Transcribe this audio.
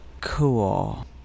Cool